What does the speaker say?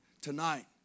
tonight